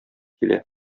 килә